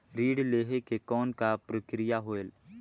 ऋण लहे के कौन का प्रक्रिया होयल?